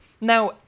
Now